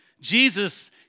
Jesus